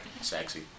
Sexy